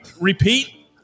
repeat